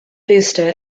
booster